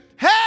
hey